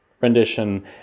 rendition